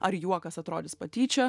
ar juokas atrodys patyčia